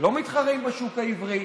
לא מתחרים בשוק העברי,